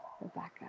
Rebecca